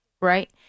right